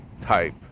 type